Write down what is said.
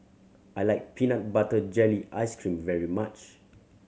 I like peanut butter jelly ice cream very much